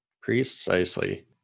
Precisely